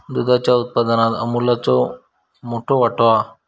दुधाच्या उत्पादनात अमूलचो मोठो वाटो हा